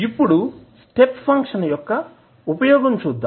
ఇప్పుడు step function యొక్క ఉపయోగం చూద్దాం